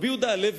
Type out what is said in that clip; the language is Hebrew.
רבי יהודה הלוי,